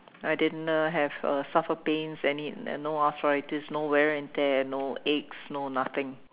I didn't uh have a suffer pains any and no arthritis no wear and tear no aches no nothing